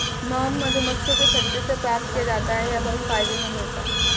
mom मधुमक्खियों के छत्ते से प्राप्त किया जाता है यह बहुत फायदेमंद होता है